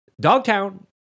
Dogtown